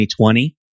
2020